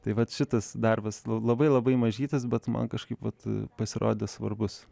tai vat šitas darbas labai labai mažytis bet man kažkaip vat pasirodė svarbus